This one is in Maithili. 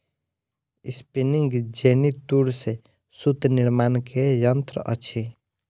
स्पिनिंग जेनी तूर से सूत निर्माण के यंत्र अछि